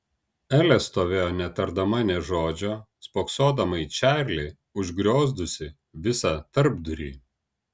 elė stovėjo netardama nė žodžio spoksodama į čarlį užgriozdusį visą tarpdurį